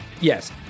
yes